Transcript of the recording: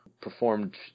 performed